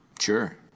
Sure